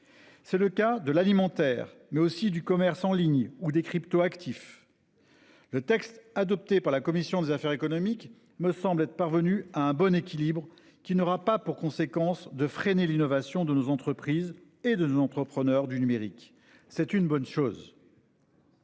C'est le cas de l'alimentaire mais aussi du commerce en ligne ou des cryptoactifs. Le texte adopté par la commission des affaires économiques me semble être parvenu à un bon équilibre qui n'aura pas pour conséquence de freiner l'innovation de nos entreprises et de nos entrepreneurs du numérique. C'est une bonne chose.